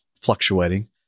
fluctuating